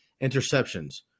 interceptions